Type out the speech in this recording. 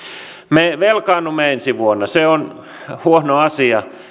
me velkaannumme ensi vuonna se on huono asia